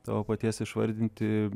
tavo paties išvardinti